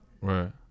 Right